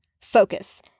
focus